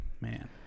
man